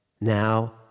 now